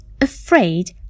afraid